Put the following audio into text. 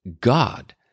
God